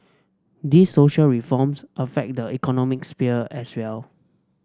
these social reforms affect the economic sphere as well